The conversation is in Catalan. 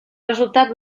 resultat